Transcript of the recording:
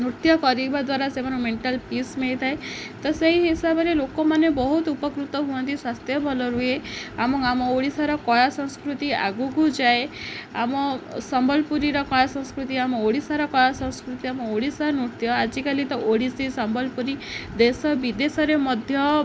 ନୃତ୍ୟ କରିବା ଦ୍ୱାରା ସେମାନ ମେଣ୍ଟାଲ୍ ପିସ୍ ମିଳିଥାଏ ତ ସେଇ ହିସାବରେ ଲୋକମାନେ ବହୁତ ଉପକୃତ ହୁଅନ୍ତି ସ୍ୱାସ୍ଥ୍ୟ ଭଲ ରୁହେ ଆମ ଆମ ଓଡ଼ିଶାର କଳା ସଂସ୍କୃତି ଆଗକୁ ଯାଏ ଆମ ସମ୍ବଲପୁରୀର କଳା ସଂସ୍କୃତି ଆମ ଓଡ଼ିଶାର କଳା ସଂସ୍କୃତି ଆମ ଓଡ଼ିଶା ନୃତ୍ୟ ଆଜିକାଲି ତ ଓଡ଼ିଶୀ ସମ୍ବଲପୁରୀ ଦେଶ ବିଦେଶରେ ମଧ୍ୟ